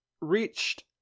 reached